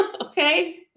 Okay